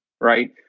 Right